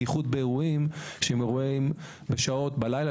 בייחוד באירועים שהם אירועים בשעות הלילה,